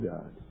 God